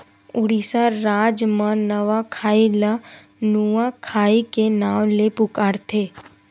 उड़ीसा राज म नवाखाई ल नुआखाई के नाव ले पुकारथे